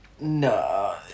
No